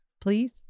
please